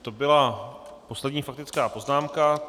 To byla poslední faktická poznámka.